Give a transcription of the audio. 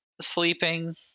sleeping